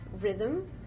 rhythm